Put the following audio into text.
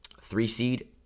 Three-seed